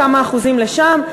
כמה אחוזים לשם,